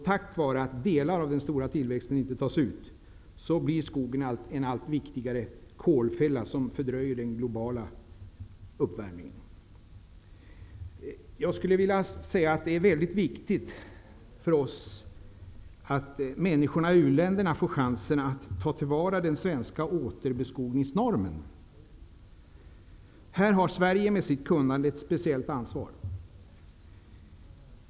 Tack vare att delar av den stora tillväxten inte tas ut, blir skogen en allt vitigare kolfälla, som fördröjer den globala uppvärmningen. Det är väldigt viktigt för oss att människorna i uländerna får chansen att ta till vara den svenska återbeskogningsnormen. I det sammanhanget har Sverige med sitt kunnande ett speciellt ansvar.